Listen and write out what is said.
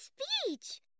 speech